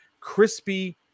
Crispy